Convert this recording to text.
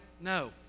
No